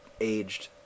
aged